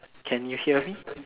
can you hear me